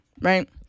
right